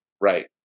right